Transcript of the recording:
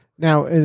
Now